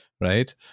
right